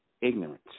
ignorance